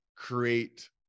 create